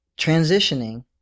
transitioning